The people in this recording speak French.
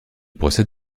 procède